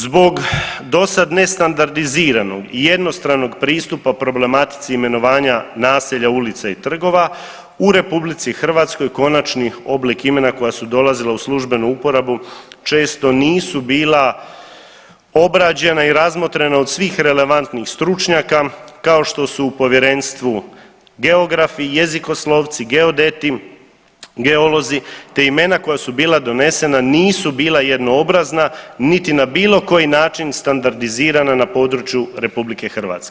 Zbog dosad nestandardiziranog i jednostranog pristupa problematici imenovanja naselja, ulica i trgova u RH konačni oblik imena koja su dolazila u službenu uporabu često nisu bila obrađena i razmotrena od svih relevantnih stručnjaka, kao što su u povjerenstvu geografi, jezikoslovci, geodeti, geolozi, te imena koja su bila donesena nisu bila jednoobrazna, niti na bilo koji način standardizirana na području RH.